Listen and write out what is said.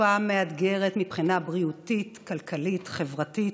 בתקופה מאתגרת מבחינה בריאותית, כלכלית, חברתית,